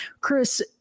Chris